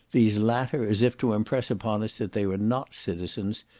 these latter, as if to impress upon us that they were not citizens,